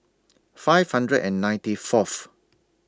five hundred and ninety Fourth